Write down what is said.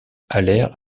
allèrent